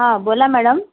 हां बोला मॅडम